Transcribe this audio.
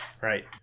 Right